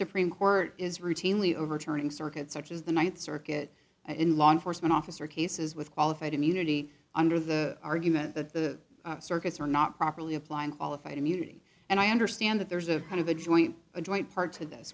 supreme court is routinely overturning circuits such as the th circuit and in law enforcement officer cases with qualified immunity under the argument that the circuits are not properly applying qualified immunity and i understand that there's a kind of a joint a joint part to this